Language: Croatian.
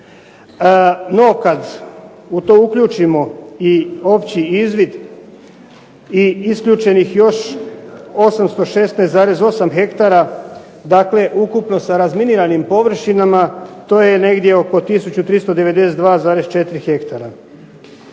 No, kad u to uključimo i opći izvid i isključenih još 816,8 hektara dakle ukupno sa razminiranim površinama to je negdje oko 1392,4 hektara.